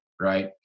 Right